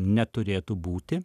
neturėtų būti